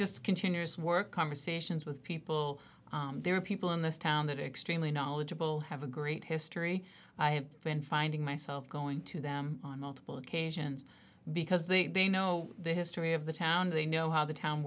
just continuous work conversations with people there are people in this town that extremely knowledgeable have a great history i have been finding myself going to them on multiple occasions because they they know the history of the town they know how the town